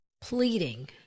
pleading